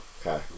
Okay